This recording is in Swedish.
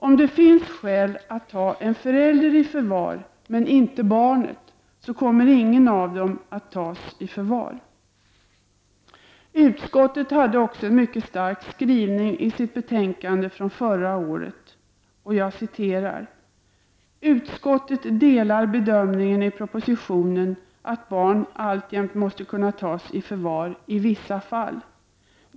Om det finns skäl att ta en förälder i förvar, men inte barnet, kommer ingen av dem att tas i förvar. Utskottet hade också en mycket stark skrivning i sitt betänkande förra året: ”Utskottet delar bedömningen i propositionen att barn alltjämt måste kunna tas i förvar i vissa fall.